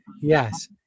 yes